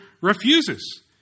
refuses